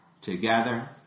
together